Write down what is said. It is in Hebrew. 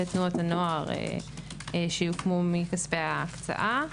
בתנועות הנוער שיוקמו מכספי ההקצאה,